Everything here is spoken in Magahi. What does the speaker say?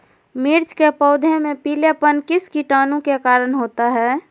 मिर्च के पौधे में पिलेपन किस कीटाणु के कारण होता है?